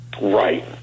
Right